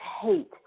hate